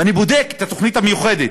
ואני בודק את התוכנית המיוחדת,